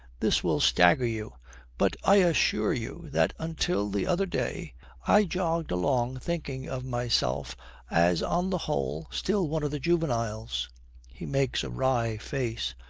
this will stagger you but i assure you that until the other day i jogged along thinking of myself as on the whole still one of the juveniles he makes a wry face.